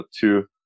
two